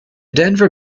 denver